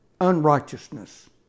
unrighteousness